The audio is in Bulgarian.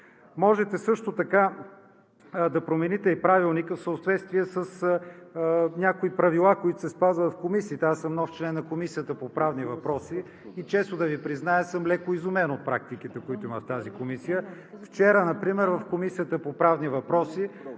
Можете също така да промените и Правилника в съответствие с някои правила, които се спазват в комисиите. Аз съм нов член на Комисията по правни въпроси и, честно да Ви призная, съм леко изумен от практиките, които има в тази комисия. Вчера например в Комисията по правни въпроси